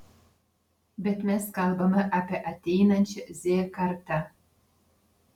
bet mes kalbame apie ateinančią z kartą